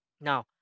Now